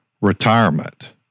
retirement